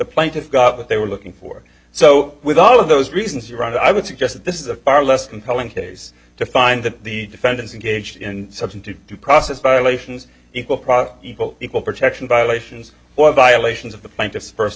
plaintiffs got what they were looking for so with all of those reasons to run i would suggest that this is a far less compelling case to find that the defendants engaged in something to do process violations equal product equal equal protection violations or violations of the